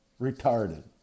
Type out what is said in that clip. retarded